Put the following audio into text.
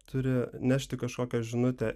turi nešti kažkokią žinutę